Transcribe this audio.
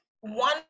one